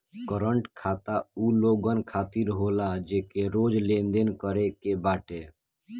current खाता उ लोगन खातिर होला जेके रोज लेनदेन करे के बाटे